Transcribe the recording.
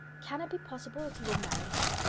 can it be possible that he will marry her?